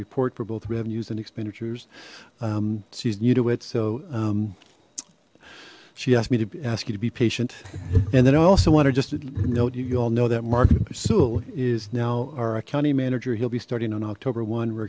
report for both revenues and expenditures she's new to it so she asked me to ask you to be patient and then i also wanted just to note you all know that marketing pursue is now our accounting manager he'll be starting on october one we're